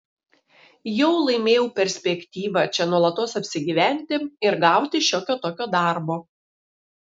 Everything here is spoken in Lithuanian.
jau laimėjau perspektyvą čia nuolatos apsigyventi ir gauti šiokio tokio darbo